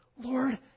Lord